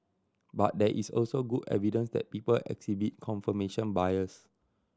but there is also good evidence that people exhibit confirmation bias